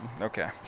Okay